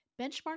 benchmark